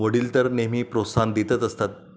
वडील तर नेहमी प्रोत्साहन देतच असतात